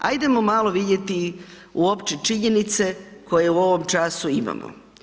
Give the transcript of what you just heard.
Ajdemo malo vidjeti uopće činjenice koje u ovom času imamo.